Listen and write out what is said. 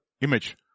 image